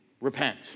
Repent